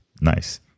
Nice